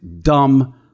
dumb